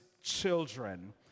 children